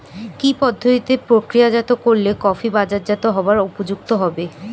কি পদ্ধতিতে প্রক্রিয়াজাত করলে কফি বাজারজাত হবার উপযুক্ত হবে?